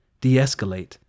de-escalate